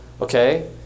okay